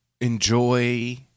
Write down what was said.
enjoy